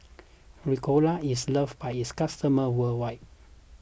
Ricola is loved by its customers worldwide